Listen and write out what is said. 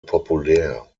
populär